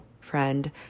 friend